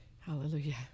Hallelujah